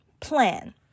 Plan